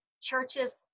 churches